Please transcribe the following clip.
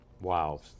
Wow